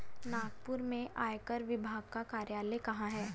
नागपुर में आयकर विभाग का कार्यालय कहाँ है?